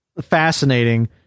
fascinating